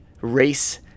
race